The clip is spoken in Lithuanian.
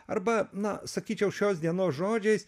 arba na sakyčiau šios dienos žodžiais